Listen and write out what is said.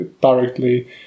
directly